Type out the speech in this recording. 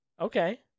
Okay